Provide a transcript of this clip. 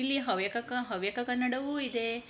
ಇಲ್ಲಿ ಹವ್ಯಕ ಕ ಹವ್ಯಕ ಕನ್ನಡವೂ ಇದೆ